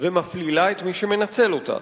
ומפלילה את מי שמנצל אותה,